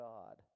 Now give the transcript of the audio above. God